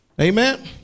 Amen